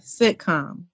sitcom